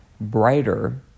brighter